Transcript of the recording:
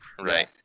Right